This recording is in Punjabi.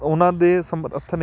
ਉਹਨਾਂ ਦੇ ਸਮਰਥ ਨੇ